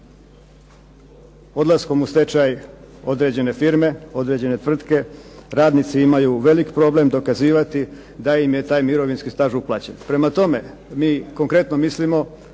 odlaskom u stečaj određene firme, određene tvrtke radnici imaju velik problem dokazivati da im je taj mirovinski staž uplaćen. Prema tome, mi konkretno mislimo